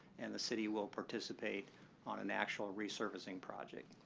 and the city will participate on an actual resurfacing project.